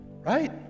Right